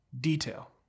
detail